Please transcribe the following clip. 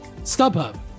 StubHub